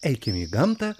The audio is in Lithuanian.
eikim į gamtą